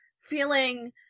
Feeling